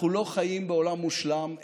אנחנו לא חיים בעולם מושלם.